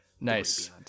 Nice